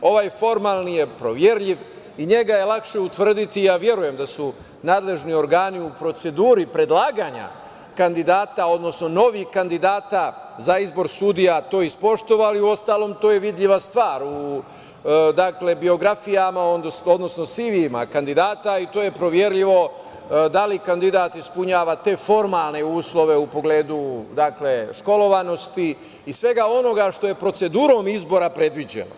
Ovaj formalni je proverljiv i njega je lakše utvrditi, a verujem da su nadležni organi u proceduri predlaganja kandidata, odnosno novih kandidata za izbor sudija to ispoštovali, uostalom, a to je vidljiva stvar u biografijama, odnosno CV-jima kandidata i to je proverljivo da li kandidat ispunjava te formalne uslove u pogledu školovanosti i svega onoga što je procedurom izbora predviđeno.